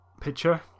picture